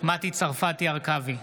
מטי צרפתי הרכבי,